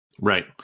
Right